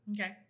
Okay